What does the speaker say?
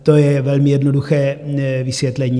To je velmi jednoduché vysvětlení.